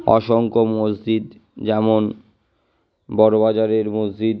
অসংখ্য মসজিদ যেমন বড়বাজারের মসজিদ